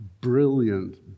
brilliant